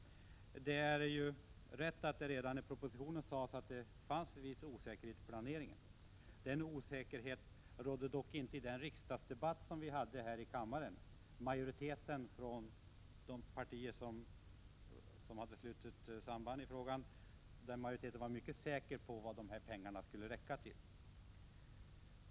Det är riktigt att det redan i propositionen sades att det fanns en viss osäkerhet i planeringen. Den osäkerheten rådde dock inte i riksdagsdebatten som vi hade här i kammaren. Majoriteten — bestående av de partier som hade slutit sig samman i frågan — var mycket säker på vad pengarna skulle räcka till.